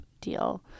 deal